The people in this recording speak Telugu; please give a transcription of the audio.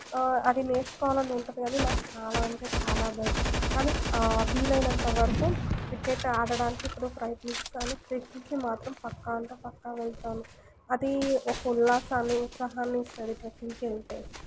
అది నేర్చుకోవాలని ఉంటుంది కానీ నాకు చాలా అంటే చాలా భయం కానీ వీలు అయినంతవరకు క్రికెట్ ఆడటానికి ఎప్పుడూ ప్రయత్నిస్తాను ట్రెక్కింగ్కి మాత్రం పక్కా అంటే పక్కా వెళతాను అది ఒక ఉల్లాసాన్ని ఉత్సాహాన్ని ఇస్తుంది ట్రెక్కింగ్కి వెళితే